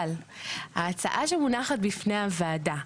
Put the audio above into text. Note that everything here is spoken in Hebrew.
אבל ההצעה שמונחת בפני הוועדה,